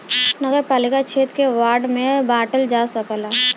नगरपालिका क्षेत्र के वार्ड में बांटल जा सकला